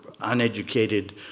uneducated